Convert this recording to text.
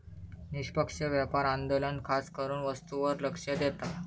निष्पक्ष व्यापार आंदोलन खासकरान वस्तूंवर लक्ष देता